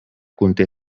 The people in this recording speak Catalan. conté